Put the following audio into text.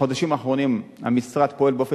בחודשים האחרונים המשרד פועל באופן